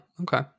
Okay